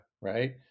right